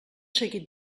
seguit